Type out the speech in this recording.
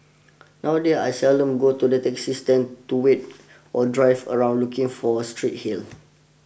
nowadays I seldom go to the taxi stand to wait or drive around looking for street hails